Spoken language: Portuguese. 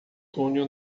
túnel